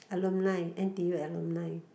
alumni N_T_U alumni